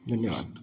धन्यवाद